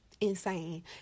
insane